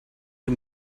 can